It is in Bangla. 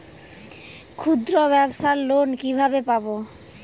ক্ষুদ্রব্যাবসার লোন কিভাবে পাব?